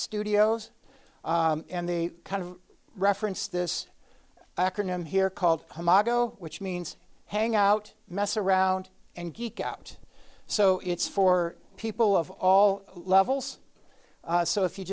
studios and the kind of reference this acronym here called mago which means hangout mess around and geek out so it's for people of all levels so if you